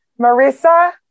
Marissa